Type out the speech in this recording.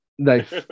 Nice